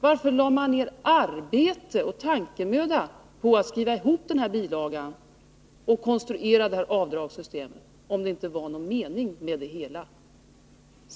Varför lade man ner arbete och tankemöda på att skriva ihop denna bilaga och konstruera detta avdragssystem, om det inte var någon mening med det hela?